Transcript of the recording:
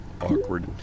awkward